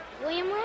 William